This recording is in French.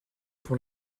pour